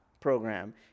program